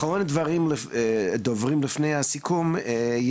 אחרון הדוברים לפני סיכום הדיון החשוב הזה,